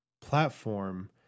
platform